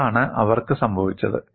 അതാണ് അവർക്ക് സംഭവിച്ചത്